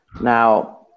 Now